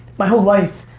my whole life,